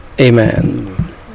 Amen